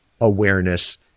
awareness